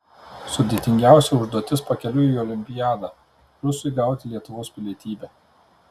sudėtingiausia užduotis pakeliui į olimpiadą rusui gauti lietuvos pilietybę